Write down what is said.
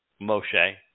Moshe